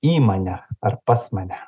į mane ar pas mane